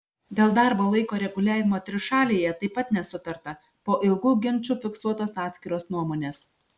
dėl darbo laiko reguliavimo trišalėje taip pat nesutarta po ilgų ginčų fiksuotos atskiros nuomonės